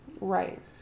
Right